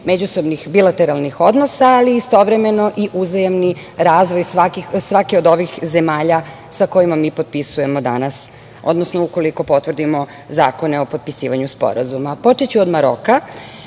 međusobnih bilateralnih odnosa, ali istovremeno i uzajamni razvoj svake od ovih zemalja sa kojima mi potpisujemo danas, odnosno ukoliko potvrdimo zakone o potpisivanju sporazuma. Počeću od Maroka,